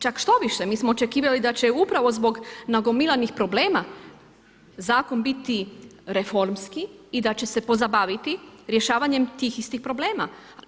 Čak štoviše, mi smo očekivali da će upravo zbog nagomilanih problema zakon biti reformski i da će se pozabaviti rješavanjem tih istih problema.